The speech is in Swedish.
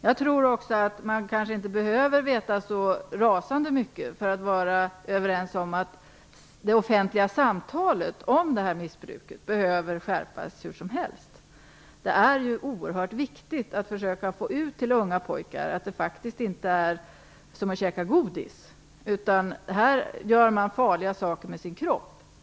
Jag tror också att man kanske inte behöver veta så rasande mycket för att vara överens om att det offentliga samtalet om det här missbruket under alla förhållanden behöver skärpas. Det är ju oerhört viktigt att försöka få ut till unga pojkar att detta faktiskt inte är som att käka godis. Man gör här farliga saker med sin kropp.